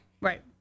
Right